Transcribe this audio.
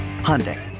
Hyundai